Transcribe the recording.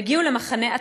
הם הגיעו למחנה עתלית,